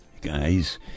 guys